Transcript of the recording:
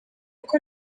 kuko